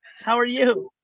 how are you?